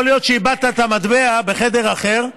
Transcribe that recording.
יכול להיות שאיבדת את המטבע בחדר אחר,